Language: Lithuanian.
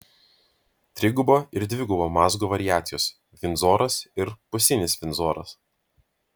trigubo ir dvigubo mazgo variacijos vindzoras ir pusinis vindzoras